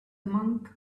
monk